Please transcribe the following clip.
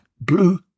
blue